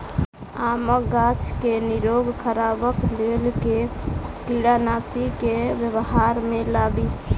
आमक गाछ केँ निरोग रखबाक लेल केँ कीड़ानासी केँ व्यवहार मे लाबी?